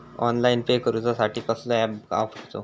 Online pay करूचा साठी कसलो ऍप वापरूचो?